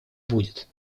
будет